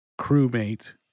crewmate